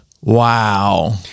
Wow